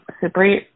super